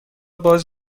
باز